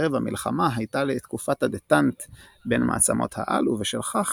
ערב המלחמה הייתה לתקופת הדטאנט בין מעצמות העל ובשל כך